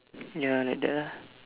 ya like the